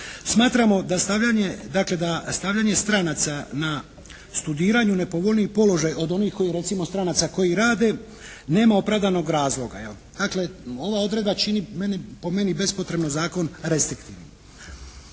dakle da stavljanje stranaca na studiranju u nepovoljniji položaj od onih koji recimo stranaca koji rade nema opravdanog razloga, jel. Dakle ova odredba čini po meni bespotrebno zakon restrektivnim.